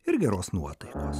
ir geros nuotaikos